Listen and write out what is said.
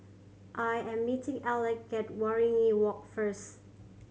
I am meeting Alec at Waringin Walk first